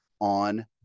on